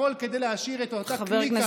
הכול כדי להשאיר את אותה קליקה,